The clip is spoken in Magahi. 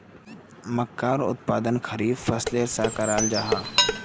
मक्कार उत्पादन खरीफ फसलेर सा कराल जाहा